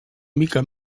mica